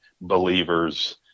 believers